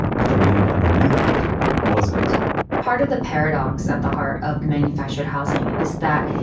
but the land underneath it wasn't part of the paradox at the heart of manufactured housing is that,